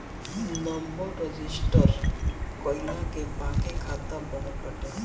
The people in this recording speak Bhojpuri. नंबर रजिस्टर कईला के बाके खाता बनत बाटे